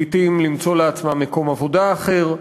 לעתים למצוא לעצמה מקום עבודה אחר.